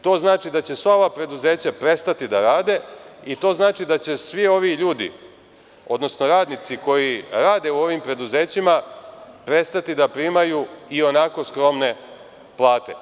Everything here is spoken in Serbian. To znači da će sva ova preduzeća prestati da rade i to znači da će svi ovi ljudi, odnosno radnici koji rade u ovim preduzećima, prestati da primaju ionako skromne plate.